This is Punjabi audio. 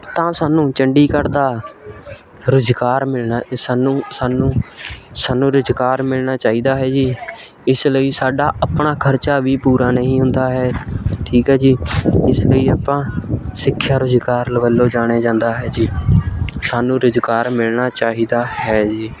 ਤਾਂ ਸਾਨੂੰ ਚੰਡੀਗੜ੍ਹ ਦਾ ਰੁਜ਼ਗਾਰ ਮਿਲਣਾ ਸਾਨੂੰ ਸਾਨੂੰ ਸਾਨੂੰ ਰੁਜ਼ਗਾਰ ਮਿਲਣਾ ਚਾਹੀਦਾ ਹੈ ਜੀ ਇਸ ਲਈ ਸਾਡਾ ਆਪਣਾ ਖਰਚਾ ਵੀ ਪੂਰਾ ਨਹੀਂ ਹੁੰਦਾ ਹੈ ਠੀਕ ਹੈ ਜੀ ਇਸ ਲਈ ਆਪਾਂ ਸਿੱਖਿਆ ਰੁਜ਼ਗਾਰ ਲ ਵੱਲੋਂ ਜਾਣੇ ਜਾਂਦਾ ਹੈ ਜੀ ਸਾਨੂੰ ਰੁਜ਼ਗਾਰ ਮਿਲਣਾ ਚਾਹੀਦਾ ਹੈ ਜੀ